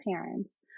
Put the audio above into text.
parents